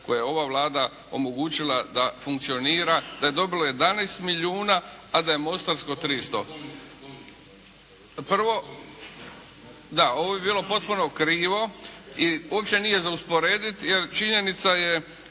koje je ova Vlada omogućila da funkcionira, da je dobilo 11 milijuna a da je mostarsko 300. Prvo… …/Upadica se ne čuje./… Da. Ovo bi bilo potpuno krivo i uopće nije za usporedit jer činjenica je